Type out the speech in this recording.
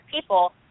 people